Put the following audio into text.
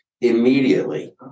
immediately